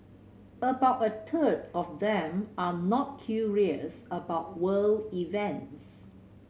about a third of them are not curious about world events